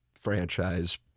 franchise